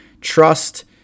trust